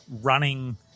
running